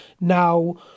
Now